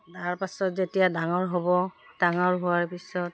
তাৰ পাছত যেতিয়া ডাঙৰ হ'ব ডাঙৰ হোৱাৰ পিছত